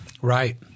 Right